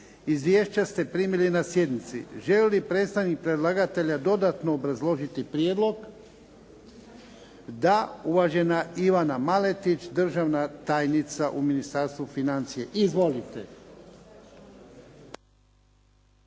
Izvješća ste primili na sjednici. Želi li predstavnik predlagatelja dodatno obrazložiti prijedlog? Da. Uvažena Ivana Maletić, državna tajnica u Ministarstvu financija. Izvolite.